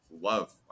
love